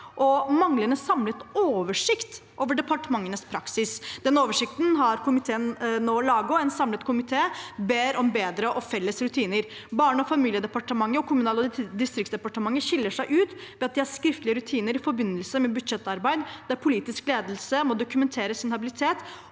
og manglende samlet oversikt over departementenes praksis. Den oversikten har komiteen nå laget, og en samlet komité ber om bedre og felles rutiner. Barne- og familiedepartementet og Kommunal- og distriktsdepartementet skiller seg ut ved at de har skriftlige rutiner i forbindelse med budsjettarbeidet der politisk ledelse må dokumentere sin habilitet